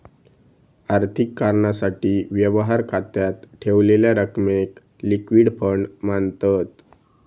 आर्थिक कारणासाठी, व्यवहार खात्यात ठेवलेल्या रकमेक लिक्विड फंड मांनतत